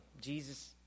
Jesus